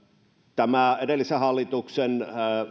tämä edellisen hallituksen